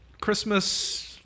christmas